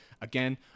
Again